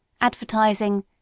advertising